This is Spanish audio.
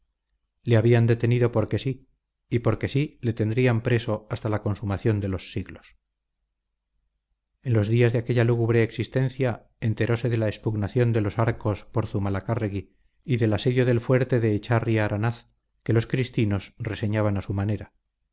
le habían detenido porque sí y porque sí le tendrían preso hasta la consumación de los siglos en los días de aquella lúgubre existencia enterose de la expugnación de los arcos por zumalacárregui y del asedio del fuerte de echarri aranaz que los cristinos reseñaban a su manera